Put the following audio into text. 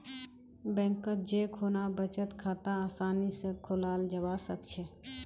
बैंकत जै खुना बचत खाता आसानी स खोलाल जाबा सखछेक